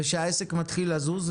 שהעסק מתחיל לזוז,